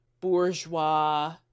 bourgeois